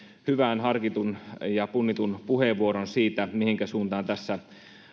hyvän harkitun ja punnitun puheenvuoron siitä mihinkä suuntaan tässä